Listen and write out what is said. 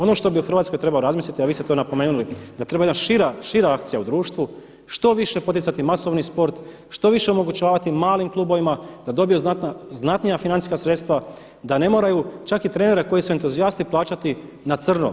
Ono što bi u Hrvatskoj trebalo razmisliti, a vi ste to napomenuli da treba jedna šira akcija u društvu, što više poticati masovni sport, što više omogućavati malim klubovima da dobiju znatnija financijska sredstva, da ne moraju čak i trenere koji su entuzijasti plaćati na crno.